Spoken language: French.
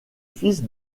fils